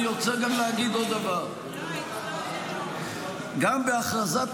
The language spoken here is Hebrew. אני רוצה גם להגיד עוד דבר: גם בהכרזת